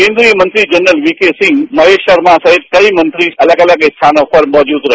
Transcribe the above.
केन्द्रीय मंत्री general VK Singh Mahesh Sharma सहित कई मंत्री अलग अलग स्थानों पर मौजूद रहे